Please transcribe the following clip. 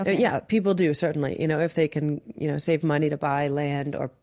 yeah. people do, certainly. you know, if they can you know save money to buy land or,